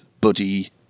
buddy